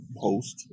post